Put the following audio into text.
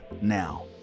now